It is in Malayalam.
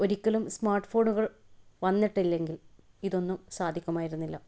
ഒരിക്കലും സ്മാർട്ട ഫോണുകൾ വന്നിട്ടില്ലെങ്കിൽ ഇതൊന്നും സാധിക്കുമായിരുന്നില്ല